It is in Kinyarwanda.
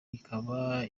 ikaba